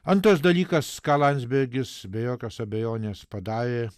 antras dalykas ką landsbergis be jokios abejonės padarė